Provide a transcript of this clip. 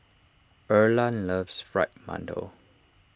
Erland loves Fried Mantou